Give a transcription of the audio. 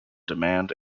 demand